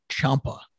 Champa